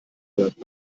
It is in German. hört